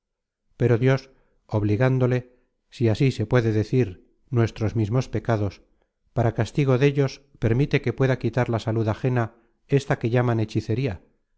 pero dios obligándole si así se puede decir nuestros mismos pecados para castigo dellos permite que pueda quitar la salud ajena ésta que llaman hechicería